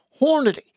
Hornady